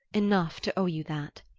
enough to owe you that.